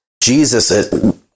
Jesus